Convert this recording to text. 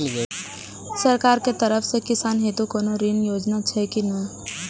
सरकार के तरफ से किसान हेतू कोना ऋण योजना छै कि नहिं?